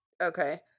Okay